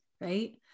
right